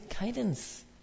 guidance